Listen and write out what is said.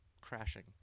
crashing